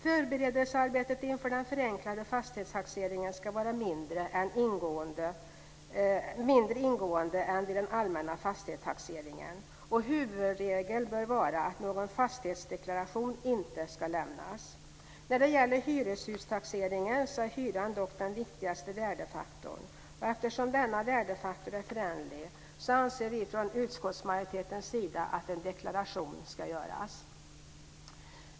Förberedelsearbetet inför den förenklade fastighetstaxeringen ska vara mindre ingående än vid den allmänna fastighetstaxeringen, och huvudregeln bör vara att någon fastighetsdeklaration inte ska lämnas. När det gäller hyreshustaxeringen är dock hyran den viktigaste värdefaktorn, och eftersom denna värdefaktor är föränderlig anser vi från utskottsmajoritetens sida att en deklaration ska göras.